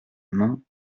main